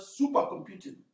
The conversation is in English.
supercomputing